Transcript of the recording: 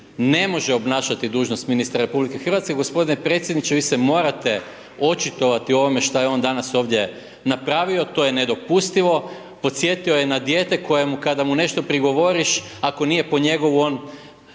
ne može obnašati dužnost ministra RH. G. predsjedniče, vi se morate očitovati o ovome šta je on danas ovdje napravio, to je nedopustivo, podsjetio je na dijete kojemu kada mu nešto prigovoriš, ako nije po njegovu,